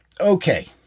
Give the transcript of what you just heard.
Okay